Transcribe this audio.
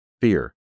Fear